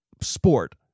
Sport